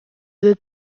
veux